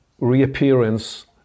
reappearance